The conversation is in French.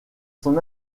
son